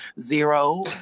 Zero